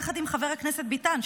יחד עם חבר הכנסת ביטן,